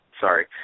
sorry